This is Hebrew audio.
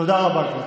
תודה רבה, גברתי.